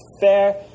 fair